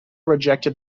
rejected